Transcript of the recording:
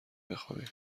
بخوابیم